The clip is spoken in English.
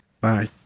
Bye